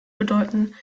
bedeuten